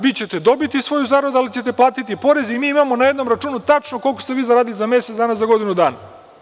Vi ćete dobiti svoju zaradu, ali ćete platiti porez i mi imamo na jednom računu tačno koliko ste vi zaradili za mesec dana, za godinu dana.